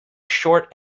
short